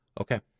Okay